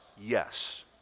yes